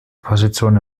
positionen